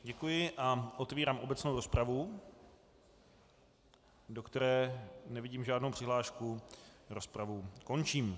Děkuji a otevírám obecnou rozpravu, do které nevidím žádnou přihlášku, rozpravu končím.